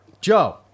Joe